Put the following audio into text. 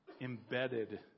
embedded